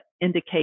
indicate